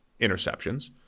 interceptions